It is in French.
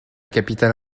capitale